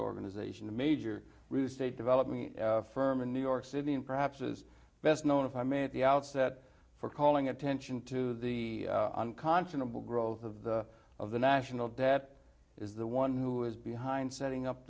organization a major real estate development firm in new york city and perhaps is best known if i may at the outset for calling attention to the unconscionable growth of the of the national debt is the one who is behind setting up